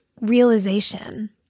realization